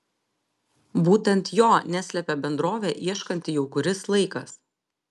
būtent jo neslepia bendrovė ieškanti jau kuris laikas